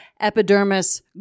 epidermis